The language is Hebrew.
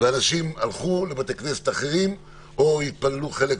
ואנשים הלכו לבתי כנסת אחרים או התפללו חלק,